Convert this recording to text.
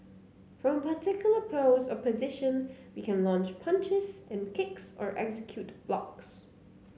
from a particular pose or position we can launch punches and kicks or execute blocks